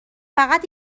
فقط